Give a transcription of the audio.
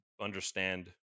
understand